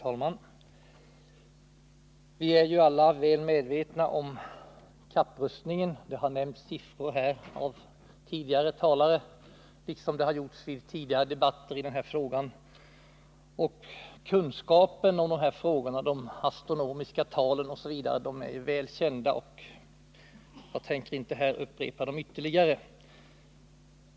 Fru talman! Vi är ju alla väl medvetna om kapprustningen. Flera talare har här liksom under tidigare debatter i denna fråga lagt fram siffror. De astronomiska talen är ju väl kända, varför jag inte här tänker upprepa dem ytterligare.